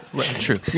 true